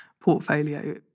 portfolio